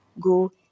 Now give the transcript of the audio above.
go